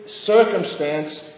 circumstance